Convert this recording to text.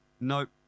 Nope